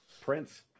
Prince